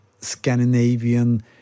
Scandinavian